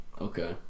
okay